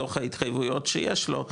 מתוך ההתחייבויות שיש לו,